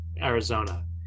Arizona